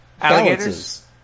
Alligators